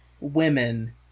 women